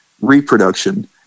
reproduction